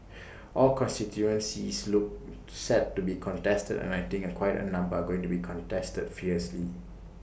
all constituencies look set to be contested and I think A quite A number are going to be contested fiercely